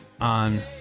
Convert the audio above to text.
on